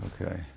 Okay